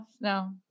no